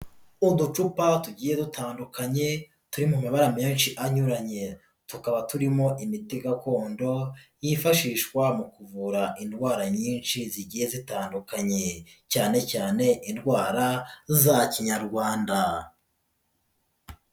Uducupa tugiye dutandukanye turi mu mabara menshi anyuranye, tukaba turimo imiti gakondo yifashishwa mu kuvura indwara nyinshi zigiye zitandukanye cyane cyane indwara za kinyarwanda.